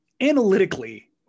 analytically